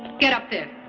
get up there.